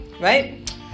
right